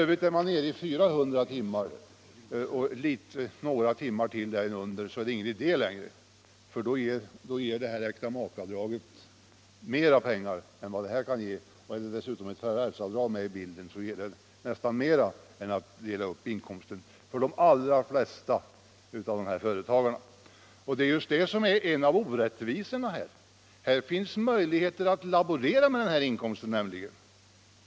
Är man nere i 400 timmar och ännu mindre, är det f.ö. inte någon idé att dela upp inkomsten. Då ger äktamakeavdraget lika mycket pengar. Är dessutom ett förvärvsavdrag med i bilden, ger det, för de allra flesta företagare, nästan mera än att dela upp inkomsten. Det är just det faktum att dessa företagare har möjligheter att laborera med inkomsten som är en av orättvisorna.